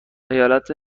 ایالت